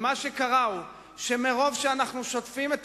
ומה שקרה הוא שמרוב שאנחנו שוטפים את